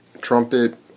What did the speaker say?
trumpet